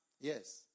Yes